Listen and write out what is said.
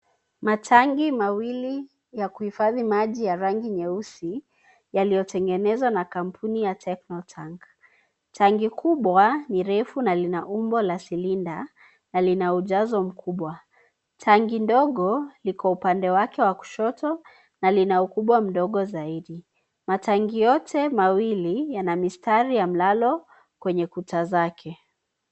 Matangi mawili ya kuhifadhi maji ya rangi meusi yaliyotengenezwa na kampuni ya Techno tank. Tangi kubwa ni refu na lina umbo la silinda na lina ujazo mkubwa. Tangi ndogo liko upande wake wa kushoto na lina ukubwa mdogo zaidi. Matangi yote mawili yana mistari ya mlalo kwa kuta zake.